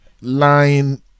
line